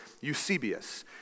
Eusebius